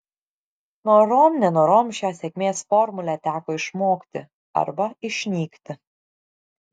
norom nenorom šią sėkmės formulę teko išmokti arba išnykti